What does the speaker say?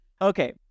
Okay